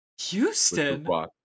Houston